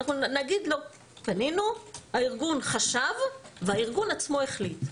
נגיד לו: פנינו, הארגון חשב והארגון עצמו החליט.